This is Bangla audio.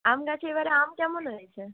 আম গাছে এ বার আম কেমন হয়েছে